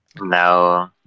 No